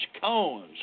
cones